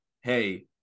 hey